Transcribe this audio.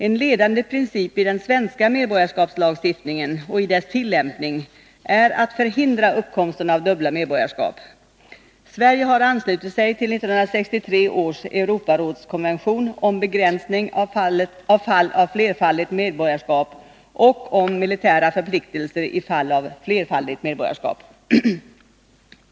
En ledande princip i den svenska medborgarskapslagstiftningen och i dess tillämpning är att förhindra uppkomsten av dubbla medborgarskap. Sverige har anslutit sig till 1963 års Europarådskonvention om begränsning av fall av flerfaldigt medborgarskap och om militära förpliktelser i fall av flerfaldigt medborgarskap.